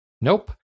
Nope